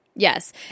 Yes